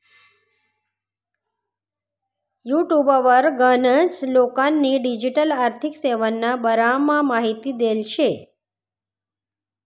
युटुबवर गनच लोकेस्नी डिजीटल आर्थिक सेवाना बारामा माहिती देल शे